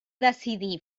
decidir